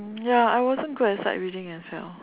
ya I wasn't good at sight reading as well